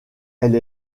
elle